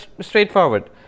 straightforward